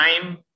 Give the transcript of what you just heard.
time